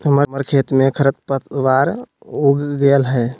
हमर खेत में खरपतवार उग गेल हई